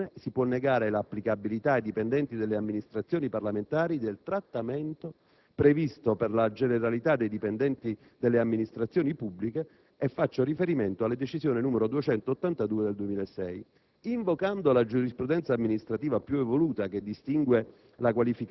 Tanto sullo sfondo del principio secondo il quale solo in via di eccezione si può negare l'applicabilità ai dipendenti delle Amministrazioni parlamentari del trattamento previsto per la generalità dei dipendenti delle Amministrazioni pubbliche, e faccio riferimento alla decisione n. 282 del 2006.